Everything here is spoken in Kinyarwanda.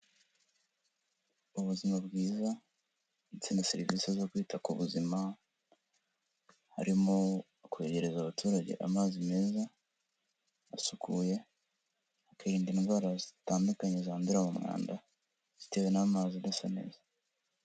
Ubuzima bwiza ndetse na serivisi zo kwita ku buzima, harimo kwegereza abaturage amazi meza asukuye, hakirindwa indwara zitandukanye zandurira mu mwanda zitewe n'amazi adasa neza.